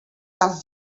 tals